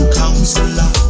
counselor